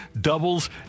doubles